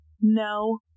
No